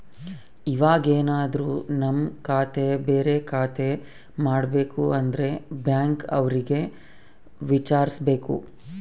ಇವಾಗೆನದ್ರು ನಮ್ ಖಾತೆ ಬೇರೆ ಖಾತೆ ಮಾಡ್ಬೇಕು ಅಂದ್ರೆ ಬ್ಯಾಂಕ್ ಅವ್ರಿಗೆ ವಿಚಾರ್ಸ್ಬೇಕು